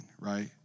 right